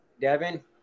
Devin